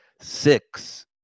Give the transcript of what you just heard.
six